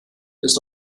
ist